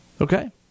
Okay